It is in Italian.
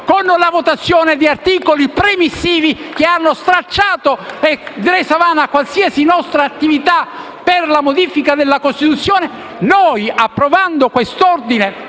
con la votazione di articoli premissivi che hanno stracciato e reso vana qualsiasi nostra attività per la modifica della Costituzione. *(Applausi dei